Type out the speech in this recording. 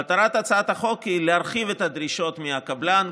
מטרת הצעת החוק היא להרחיב את הדרישות מהקבלן,